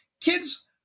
kids